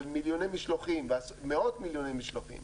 מיליוני משלוחים ומאות מיליוני משלוחים,